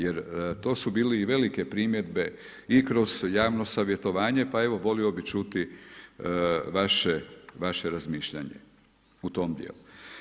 Jer to su bile i velike primjedbe i kroz javno savjetovanje, pa evo, volio bih čuti vaše razmišljanje u tom dijelu.